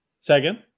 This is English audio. Second